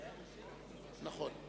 נגד.